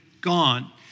gone